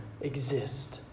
exist